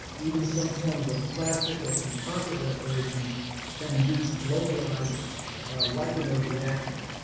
even some forms of plastic or composite restorations can induce localized lichenoid reactions.